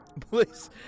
Please